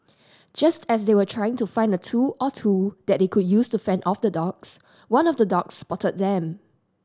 just as they were trying to find a tool or two that they could use to fend off the dogs one of the dogs spotted them